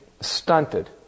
stunted